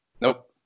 nope